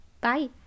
Bye